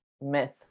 myth